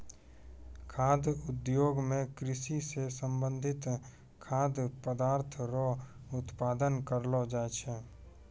खाद्य उद्योग मे कृषि से संबंधित खाद्य पदार्थ रो उत्पादन करलो जाय छै